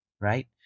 Right